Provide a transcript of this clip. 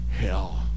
hell